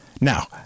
Now